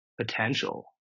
Potential